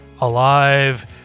alive